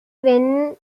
when